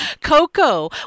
Coco